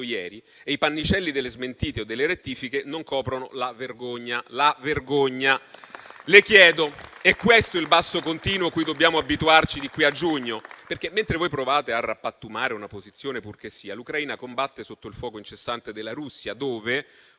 ieri, e i pannicelli delle smentite o delle rettifiche non coprono la vergogna - ripeto - la vergogna. Le chiedo: è questo il basso continuo cui dobbiamo abituarci di qui a giugno? Mentre voi provate a rappattumare una posizione purché sia, l'Ucraina combatte sotto il fuoco incessante della Russia dove